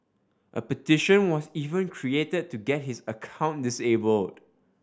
a petition was even created to get his account disabled